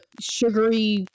sugary